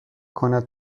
کند